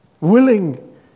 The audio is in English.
Willing